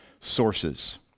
sources